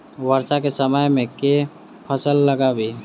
वर्षा केँ समय मे केँ फसल लगाबी?